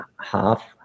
half